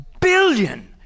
billion